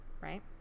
right